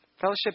Fellowship